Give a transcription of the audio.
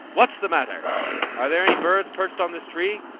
what's the matter? are there any birds perched on this tree?